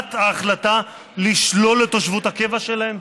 זולת ההחלטה לשלול את תושבות הקבע שלהם?